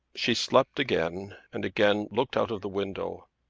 she slept again and again looked out of the window.